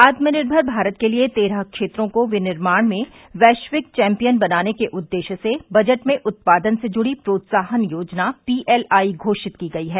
आत्मनिर्भर भारत के लिए तेरह क्षेत्रों को विनिर्माण में वैश्विक चैम्पियन बनाने के उद्देश्य से बजट में उत्पादन से जूड़ी प्रोत्साहन योजना पीएलआई घोषित की गई है